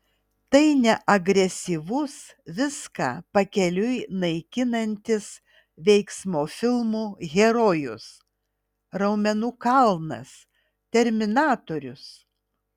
tai ne agresyvus viską pakeliui naikinantis veiksmo filmų herojus raumenų kalnas terminatorius